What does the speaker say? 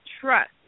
Trust